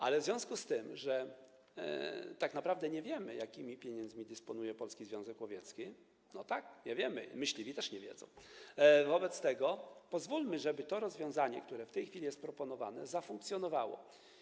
Ale w związku z tym, że tak naprawdę nie wiemy, jakimi pieniędzmi dysponuje Polski Związek Łowiecki - nie wiemy my i myśliwi też nie wiedzą - pozwólmy, żeby to rozwiązanie, które w tej chwili jest proponowane, zafunkcjonowało.